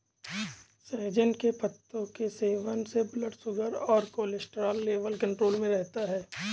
सहजन के पत्तों के सेवन से ब्लड शुगर और कोलेस्ट्रॉल लेवल कंट्रोल में रहता है